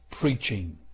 preaching